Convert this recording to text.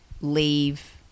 leave